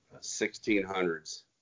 1600s